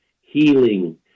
healing